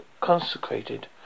consecrated